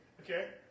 Okay